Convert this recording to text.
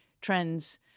trends